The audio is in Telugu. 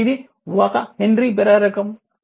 మరియు ఇది 1 హెన్రీ ప్రేరకం